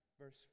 verse